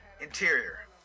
Interior